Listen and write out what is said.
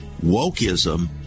Wokeism